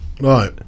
right